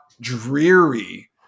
dreary